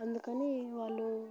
అందుకని వాళ్ళు